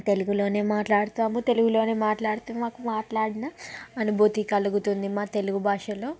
తెలుగులోనే మాట్లాడుతాము తెలుగులోనే మాట్లాడితే మాకు మాట్లాడిన అనుభూతి కలుగుతుంది మా తెలుగు భాషలో